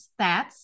stats